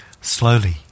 Slowly